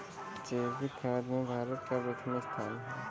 जैविक खेती में भारत का प्रथम स्थान है